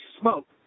smoke